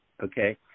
okay